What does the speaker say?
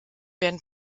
werden